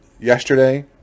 yesterday